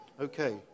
Okay